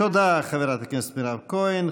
תודה, חברת הכנסת מירב כהן.